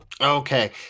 Okay